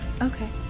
Okay